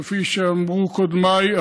כפי שאמרו קודמיי,